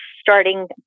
starting